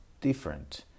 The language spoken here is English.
different